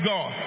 God